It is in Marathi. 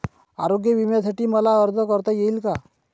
आरोग्य विम्यासाठी मला अर्ज करता येईल का?